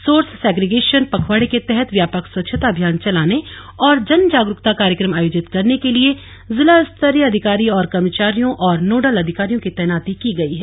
source segregation पखवाड़े के तहत व्यापक स्वच्छता अभियान चलाने और जनजागरूकता कार्यक्रम आयोजित करने के लिए जिलास्तरीय अधिकारी और कर्मचारियों और नोडल अधिकारियों की तैनाती की गई है